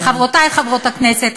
חברותי חברות הכנסת,